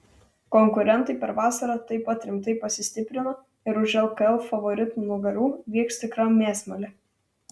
konkurentai per vasarą taip pat rimtai pasistiprino ir už lkl favoritų nugarų vyks tikra mėsmalė